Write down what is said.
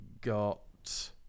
got